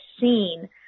seen